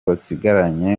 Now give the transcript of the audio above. basigaranye